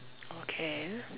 okay